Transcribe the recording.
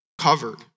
covered